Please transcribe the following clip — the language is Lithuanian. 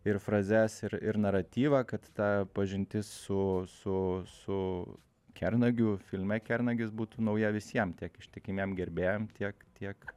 ir frazes ir ir naratyvą kad ta pažintis su su su kernagiu filme kernagis būtų nauja visiem tiek ištikimiem gerbėjam tiek tiek